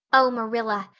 oh, marilla,